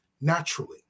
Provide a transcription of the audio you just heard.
naturally